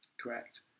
Correct